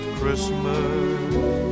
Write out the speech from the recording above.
Christmas